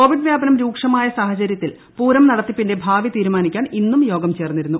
Covid വ്യാപനം രൂക്ഷമായ സാഹചര്യത്തിൽ പൂരം നടത്തിപ്പിന്റെ ഭാവി തീരുമാനിക്കാൻ ഇന്നും യോഗം ചേർന്നിരുന്നു